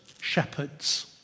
shepherds